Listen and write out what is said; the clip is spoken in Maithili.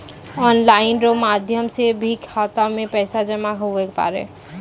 ऑनलाइन रो माध्यम से भी खाता मे पैसा जमा हुवै पारै